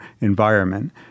environment